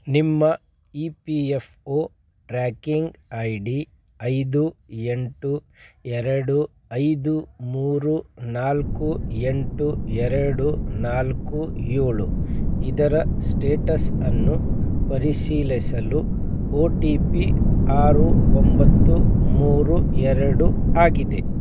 ನಿಮ್ಮ E P F O tracking I D ಐದು ಎಂಟು ಎರಡು ಐದು ಮೂರು ನಾಲ್ಕು ಎಂಟು ಎರಡು ನಾಲ್ಕು ಏಳು ಇದರ ಸ್ಟೇಟಸನ್ನು ಪರಿಶೀಲಿಸಲು ಓ ಟಿ ಪಿ ಆರು ಒಂಬತ್ತು ಮೂರು ಎರಡು ಆಗಿದೆ